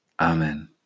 Amen